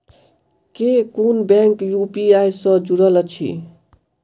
केँ कुन bank UPI सँ जुड़ल अछि?